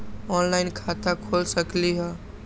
Online खाता खोल सकलीह?